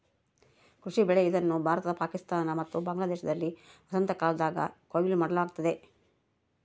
ಕೃಷಿ ಬೆಳೆ ಇದನ್ನು ಭಾರತ ಪಾಕಿಸ್ತಾನ ಮತ್ತು ಬಾಂಗ್ಲಾದೇಶದಲ್ಲಿ ವಸಂತಕಾಲದಾಗ ಕೊಯ್ಲು ಮಾಡಲಾಗ್ತತೆ